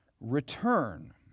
return